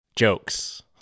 Jokes